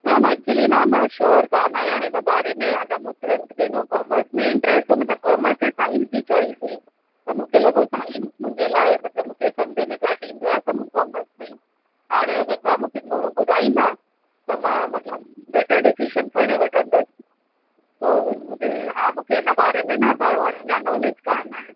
न ma'am actually मां sure कोन्ह आहियां इन बारे में अञा मूं टेवल्थ ॾिनो कॉमर्स में इंट्रेस्ट हो मतिलब कॉमर्स ऐं साइंस जी चॉइस हुई त मूंखे लॻो साइंस मुंहिंजे लाइ मतिलब मूंखे सम्झि में घटि ईंदो आहे त मूं कॉमर्स खयीं हाणे अगरि तव्हां मूंखे थोरो ॿुधाईंदा त मां मतिलब बेटर डिसिजन खणे वठंदसि हो मुंहिंजे हा मूंखे इन बारे में न अञा नॉलेज कोन्ह आहे